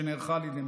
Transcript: שנערכה על ידי מח"ש,